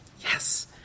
yes